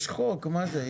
יש חוק, מה זה?